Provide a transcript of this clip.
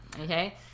okay